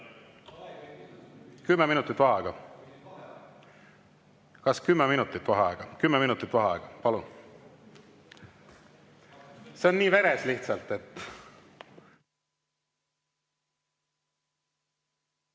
Kümme minutit vaheaega. Kas kümme minutit vaheaega? Kümme minutit vaheaega, palun! See on nii veres lihtsalt.